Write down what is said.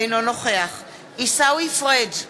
אינו נוכח עיסאווי פריג'